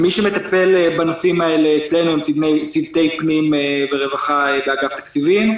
מי שמטפל בנושאים האלה אצלנו הם צוותי פנים ורווחה באגף התקציבים,